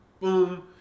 Boom